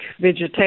vegetation